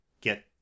Get